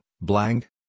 Blank